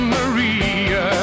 Maria